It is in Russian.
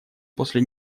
после